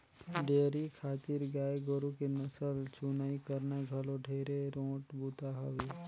dairy खातिर गाय गोरु के नसल चुनई करना घलो ढेरे रोंट बूता हवे